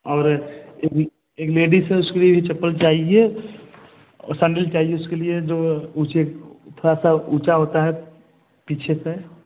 और एक एक लेडीस का उसके लिए भी चप्पल चाहिए और सैंडल चाहिए उसके लिए जो ऊँचे थोड़ा सा ऊँचा होता है पीछे से